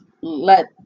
let